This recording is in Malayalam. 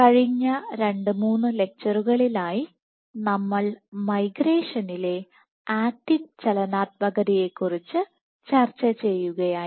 കഴിഞ്ഞ രണ്ട് മൂന്ന് ലെക്ച്ചറുകളിലായി നമ്മൾ മൈഗ്രേഷനിലെ ആറ്റിൻ ചലനാത്മകതയെ കുറിച്ച് ചർച്ച ചെയ്യുകയായിരുന്നു